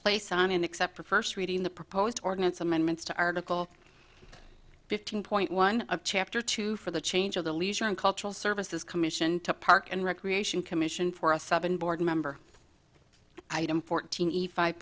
place on and except for first reading the proposed ordinance amendments to article fifteen point one of chapter two for the change of the leisure and cultural services commission to park and recreation commission for a seven board member item fourteen e